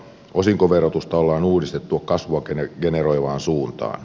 osinkoverotusta ollaan uudistettu kasvua generoivaan suuntaan